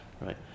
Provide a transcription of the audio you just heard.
right